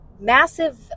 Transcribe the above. massive